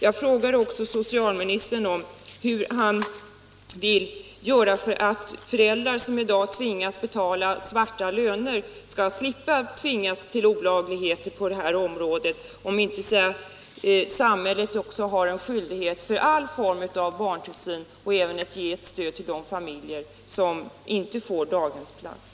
Jag frågade också socialministern hur han vill göra för att föräldrar som i dag tvingas betala ”svarta” löner skall slippa att göra sig skyldiga till olagligheter på det här området. Jag ifrågasätter om inte samhället har skyldighet att stödja alla former av barntillsyn och att därvid ge ett stöd även till de familjer som inte får daghemsplats.